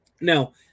Now